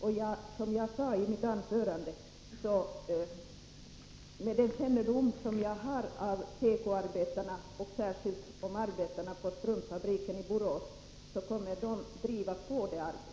Och som jag sade i mitt anförande: Med den kännedom jag har om tekoarbetarna och särskilt arbetarna på strumpfabriken i Borås vet jag att de kommer att driva på gruppens arbete.